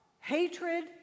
hatred